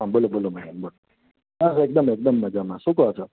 હા બોલો બોલો મેડમ બોલો બસ એકદમ એકદમ મજામાં બોલો શું કહો છો